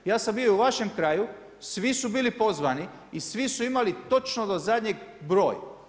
Ja sam bio i u vašem kraju, svi su bili pozvani i svi su imali točno do zadnjeg broj.